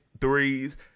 threes